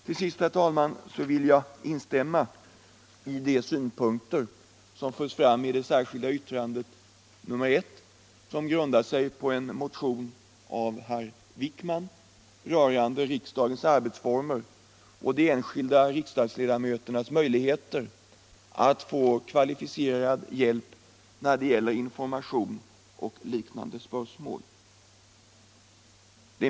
Till sist, herr talman, vill jag instämma i de synpunkter som framförs i det särskilda yttrande nr 1, som grundar sig på en motion av herr Wijkman rörande riksdagens arbetsformer och de enskilda riksdagsledamöternas möjligheter att åtnjuta kvalificerad utredningshjälp m.m.